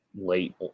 late